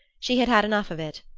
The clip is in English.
she had had enough of it,